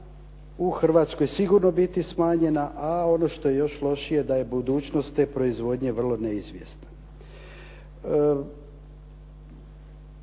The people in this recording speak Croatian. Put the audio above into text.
u Hrvatskoj sigurno biti smanjena, a ono što je još lošije da je budućnost te proizvodnje vrlo neizvjesna.